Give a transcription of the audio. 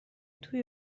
توی